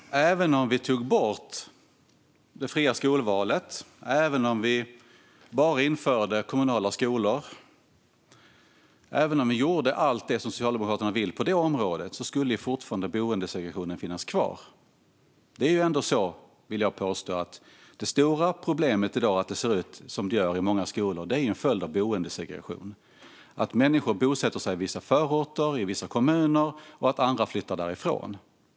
Herr talman! Även om vi tog bort det fria skolvalet, bara införde kommunala skolor och gjorde allt det som Socialdemokraterna vill på det området skulle fortfarande boendesegregationen finnas kvar. Det är ju ändå så, vill jag påstå, att det stora problemet i dag med att det ser ut som det gör i många skolor är en följd av boendesegregationen. Människor bosätter sig i vissa förorter och vissa kommuner medan andra flyttar därifrån.